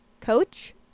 coach